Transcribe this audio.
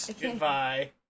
Goodbye